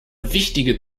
wichtige